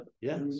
Yes